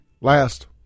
last